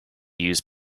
use